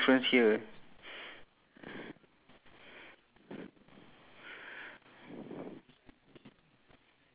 so I think it's two more I heard ten